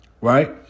right